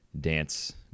dance